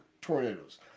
tornadoes